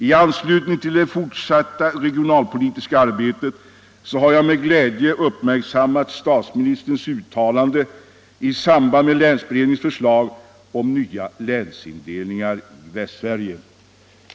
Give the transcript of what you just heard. I anslutning till det fortsatta regionalpolitiska arbetet har jag med glädje uppmärksammat = statsministerns uttalande i samband med länsberedningens förslag om nya länsindelningar i Västsverige.